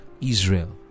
Israel